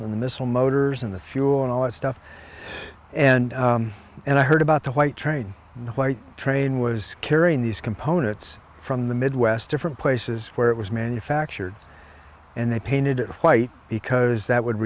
and the missile motors and the fuel and all that stuff and and i heard about the white train the white train was carrying these components from the midwest different places where it was manufactured and they painted it white because that would